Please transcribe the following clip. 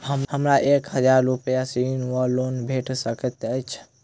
हमरा एक हजार रूपया ऋण वा लोन भेट सकैत अछि?